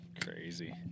crazy